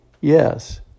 Yes